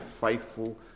faithful